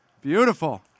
Beautiful